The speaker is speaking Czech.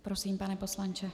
Prosím, pane poslanče.